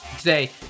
today